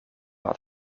had